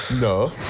No